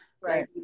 Right